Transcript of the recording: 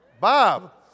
Bob